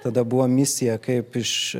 tada buvo misija kaip iš